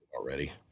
already